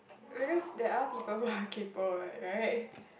because there are people who are kaypo [what] right